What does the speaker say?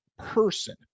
Person